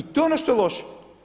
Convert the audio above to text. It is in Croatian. I to je ono što je loše.